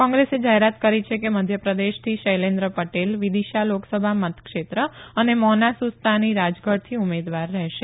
કોંગ્રેસે જાહેરાત કરી છે કે મધ્ય પ્રદેશથી શૈલેન્દ્ર પટેલ વિદિશા લોકસભા મતક્ષેત્ર અને મોના સુસ્તાની રાજગઢથી ઉમેદવાર રહેશે